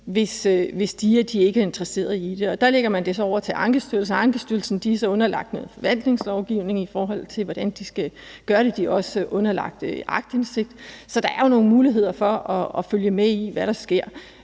hvis DIA ikke er interesserede i det. Der lægger man det så over til Ankestyrelsen, og Ankestyrelsen er så underlagt noget forvaltningslovgivning, i forhold til hvordan de skal gøre det. De er også underlagt aktindsigt. Så der er jo nogle muligheder for at følge med i, hvad der sker.